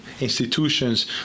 institutions